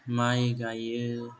माइ गायो